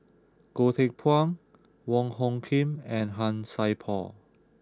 Goh Teck Phuan Wong Hung Khim and Han Sai Por